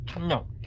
No